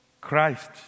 Christ